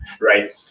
Right